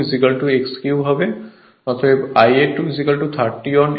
অতএব Ia 2 30 on x cube এটি হল সমীকরণ 5 হয়